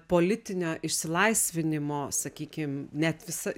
politinio išsilaisvinimo sakykim net visa